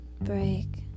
break